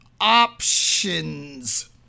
options